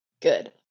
Good